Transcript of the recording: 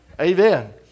Amen